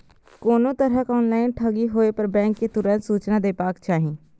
कोनो तरहक ऑनलाइन ठगी होय पर बैंक कें तुरंत सूचना देबाक चाही